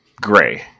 gray